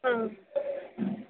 ஆ